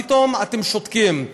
פתאום אתם שותקים.